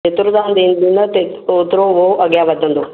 जेतिरो तव्हां ओतिरो उहो अॻियां वधंदो